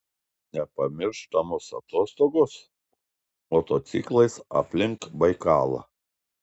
nepamirštamos atostogos motociklais aplink baikalą